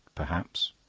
perhaps.